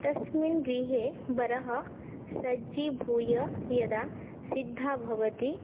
तस्मिन् गृहे वरः सज्जीभूय यदा सिद्धः भवति